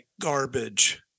garbage